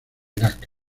irak